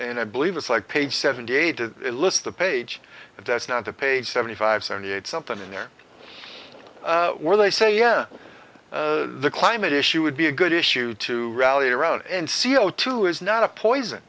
and i believe it's like page seventy eight to list the page if that's not the page seventy five seventy eight something in there were they say yeah the climate issue would be a good issue to rally around and c o two is not a poison